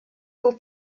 pour